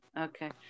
Okay